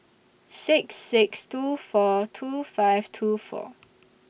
six six two four two five two four